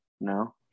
No